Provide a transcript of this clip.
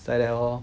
it's like that lor